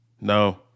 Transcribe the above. No